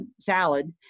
salad